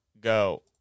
go